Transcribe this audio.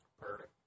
Perfect